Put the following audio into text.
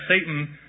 Satan